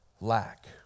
lack